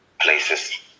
places